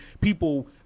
people